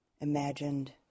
imagined